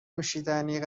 نوشیدنی